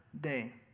day